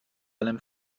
allem